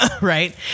right